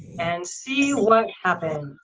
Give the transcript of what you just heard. and see what happens.